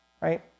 right